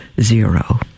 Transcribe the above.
zero